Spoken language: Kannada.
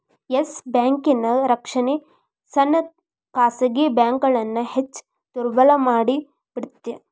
ಎಸ್ ಬ್ಯಾಂಕಿನ್ ರಕ್ಷಣೆ ಸಣ್ಣ ಖಾಸಗಿ ಬ್ಯಾಂಕ್ಗಳನ್ನ ಹೆಚ್ ದುರ್ಬಲಮಾಡಿಬಿಡ್ತ್